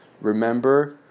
Remember